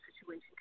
situation